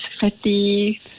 fatty